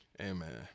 Amen